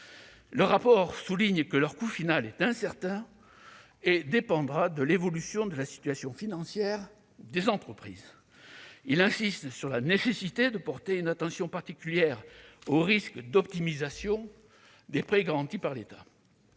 Le rapport souligne que leur coût final est incertain et dépendra de l'évolution de la situation financière des entreprises. Il insiste sur la nécessité de porter une attention particulière aux risques d'optimisation des PGE. Alors que la